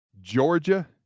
Georgia